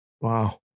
Wow